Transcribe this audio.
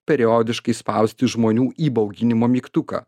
periodiškai spausti žmonių įbauginimo mygtuką